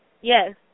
Yes